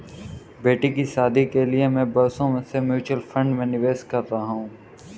बेटी की शादी के लिए मैं बरसों से म्यूचुअल फंड में निवेश कर रहा हूं